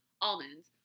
Almonds